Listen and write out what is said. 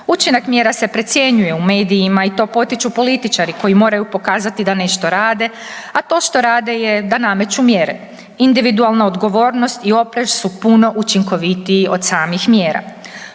Učinak mjera se precjenjuje u medijima i to potiču političari koji moraju pokazati da nešto rade, a to što rade je da nameću mjere. Individualna odgovornost i oprez su puno učinkovitiji od samih mjera.